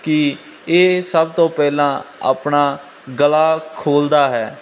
ਕਿ ਇਹ ਸਭ ਤੋਂ ਪਹਿਲਾਂ ਆਪਣਾ ਗਲਾ ਖੋਲ੍ਹਦਾ ਹੈ